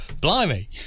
Blimey